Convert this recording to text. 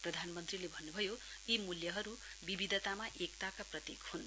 प्रधानमन्त्रीले भन्नुभयो यी मूल्यहरू विविधतामा एकताका प्रतीक हुन्